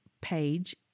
page